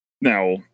now